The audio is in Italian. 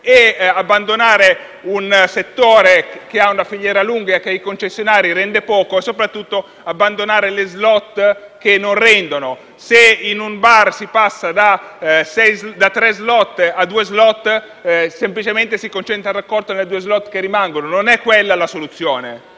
e abbandonare un settore, che ha una filiera lunga e che ai concessionari rende poco, abbandonando così le *slot*, che non rendono. Se in un bar si passa da tre a due *slot*, semplicemente si concentra il raccolto nelle due *slot* che rimangono: non è quella la soluzione,